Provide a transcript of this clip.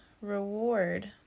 reward